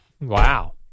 Wow